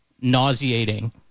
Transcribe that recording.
nauseating